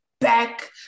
back